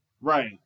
right